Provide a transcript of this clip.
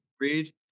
read